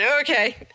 Okay